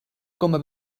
coma